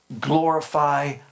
glorify